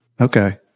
okay